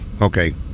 okay